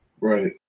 Right